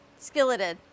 skilleted